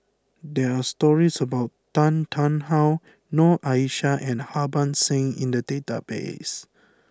there are stories about Tan Tarn How Noor Aishah and Harbans Singh in the database